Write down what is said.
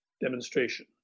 demonstration